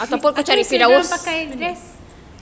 aku suruh dorang pakai dress